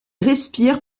respire